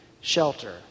shelter